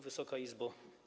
Wysoka Izbo!